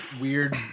weird